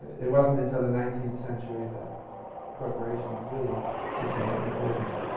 it wasn't until the nineteenth century that corporations really became important.